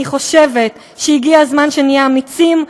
אני חושבת שהגיע הזמן שנהיה אמיצים.